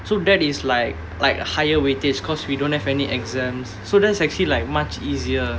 so that is like like a higher weightage because we don't have any exams so that's actually like much easier